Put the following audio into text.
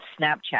Snapchat